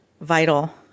vital